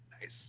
Nice